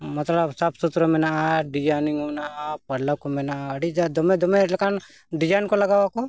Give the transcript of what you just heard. ᱢᱚᱛᱞᱚᱵ ᱥᱟᱯ ᱥᱩᱛᱨᱟᱹ ᱢᱮᱱᱟᱜᱼᱟ ᱰᱤᱡᱟᱭ ᱱᱤᱝ ᱦᱚᱸ ᱢᱮᱱᱟᱜᱼᱟ ᱯᱟᱹᱲᱞᱟᱹᱠ ᱦᱚᱸ ᱢᱮᱱᱟᱜᱼᱟ ᱟᱹᱰᱤ ᱡᱟ ᱫᱚᱢᱮ ᱫᱚᱢᱮ ᱞᱮᱠᱟᱱ ᱰᱤᱡᱟᱭᱤᱱ ᱠᱚ ᱞᱟᱜᱟᱣ ᱟᱠᱚ